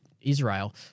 Israel